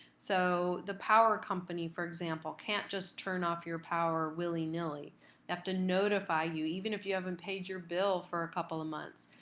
so the power company, for example, can't just turn off your power willy-nilly. they have to notify you. even if you haven't paid your bill for a couple months,